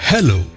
Hello